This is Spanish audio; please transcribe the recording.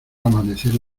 amanecer